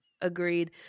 Agreed